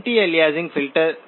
anti aliasing filter